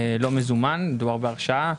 לא מזומן, מדובר בהרשאה,